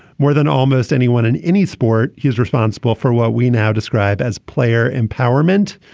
more than almost anyone in any sport. he is responsible for what we now describe as player empowerment.